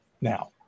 now